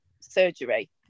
surgery